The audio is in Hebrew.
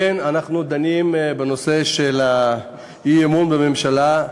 כן, אנחנו דנים בנושא של האי-אמון בממשלה.